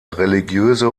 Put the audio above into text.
religiöse